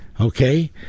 Okay